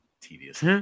tedious